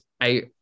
I-